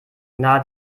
nahe